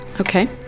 Okay